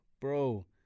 bro